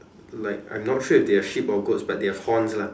like I'm not sure if they are sheeps or goats but they have horns lah